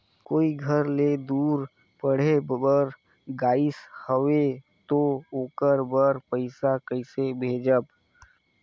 कोई घर ले दूर पढ़े बर गाईस हवे तो ओकर बर पइसा कइसे भेजब?